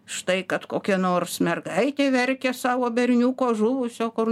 štai kad kokia nors mergaitė verkia savo berniuko žuvusio kur